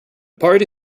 party